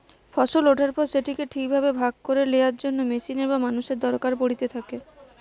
ফসল ওঠার পর সেটিকে ঠিক ভাবে ভাগ করে লেয়ার জন্য মেশিনের বা মানুষের দরকার পড়িতে থাকে